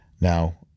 Now